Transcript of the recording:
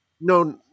No